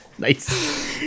Nice